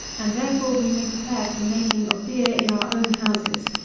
and therefore we may prepare for the making of beer in our own houses,